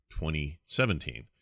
2017